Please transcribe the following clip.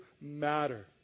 matter